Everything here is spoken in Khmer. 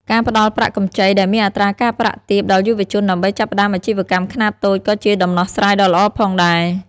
ការផ្តល់ប្រាក់កម្ចីដែលមានអត្រាការប្រាក់ទាបដល់យុវជនដើម្បីចាប់ផ្តើមអាជីវកម្មខ្នាតតូចក៏ជាដំណោះស្រាយដ៏ល្អផងដែរ។